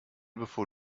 bevor